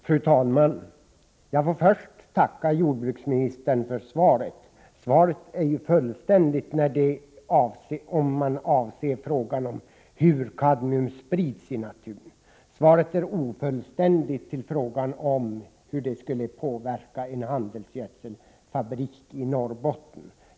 Fru talman! Jag får först tacka jordbruksministern för svaret. Svaret är fullständigt om man avser frågan om hur kadmium sprids i naturen. Svaret är ofullständigt i fråga om hur det skulle påverka en handelsgödselfabrik i Norrbotten.